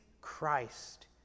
Christ